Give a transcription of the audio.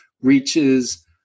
reaches